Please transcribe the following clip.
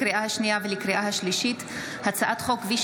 לקריאה שנייה ולקריאה שלישית: הצעת חוק כביש